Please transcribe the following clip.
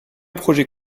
projet